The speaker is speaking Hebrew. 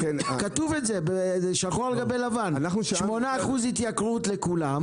כתוב את זה שחור על גבי לבן: 8% התייקרות לכולם